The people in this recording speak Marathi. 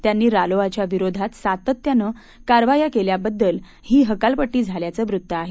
त्यांनी रालोआच्या विरोधात सातत्यानं कारवाया केल्याबद्दल ही हकालपट्टी झाल्याचं वृत्त आहे